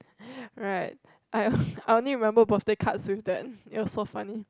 right I I only remember postal cards with that you're so funny